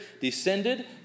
descended